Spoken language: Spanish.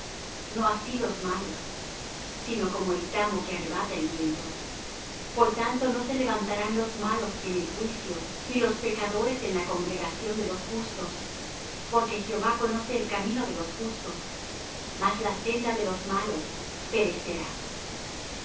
no así los malos sino como el tamo que arrebata el viento por tanto no se levantarán los malos en el juicio ni los pecadores en la congregación de los justos porque jehová conoce el camino de los justos mas la senda de los malos perecerá por